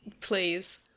please